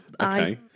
Okay